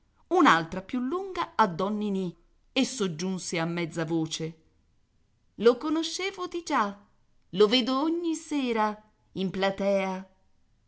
un'altra più lunga a don ninì e soggiunse a mezza voce lo conoscevo di già lo vedo ogni sera in platea